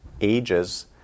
ages